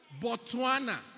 Botswana